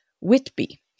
Whitby